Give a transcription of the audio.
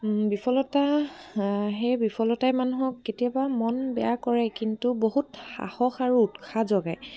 বিফলতা সেই বিফলতাই মানুহক কেতিয়াবা মন বেয়া কৰে কিন্তু বহুত সাহস আৰু উৎসাহ জগায়